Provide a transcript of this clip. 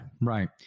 Right